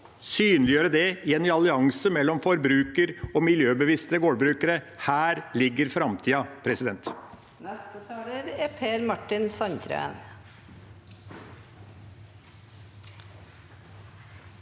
synliggjøre det i en allianse mellom forbrukere og miljøbevisste gårdbrukere. Her ligger framtida. Per